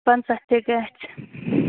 پَنٛژاہ تہِ گَژھِ